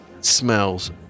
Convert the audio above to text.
smells